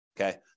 okay